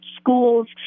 schools